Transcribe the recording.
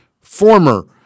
former